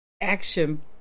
action